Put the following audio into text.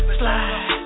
slide